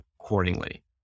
accordingly